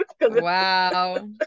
Wow